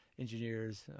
engineers